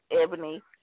Ebony